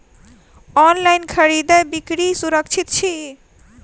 online खरीदै बिक्री सुरक्षित छी